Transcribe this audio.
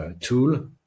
tool